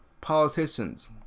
Politicians